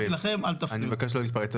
לא הפרעתי לכם, אל תפריעו לי.